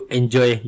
enjoy